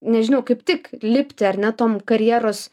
nežinau kaip tik lipti ar ne tom karjeros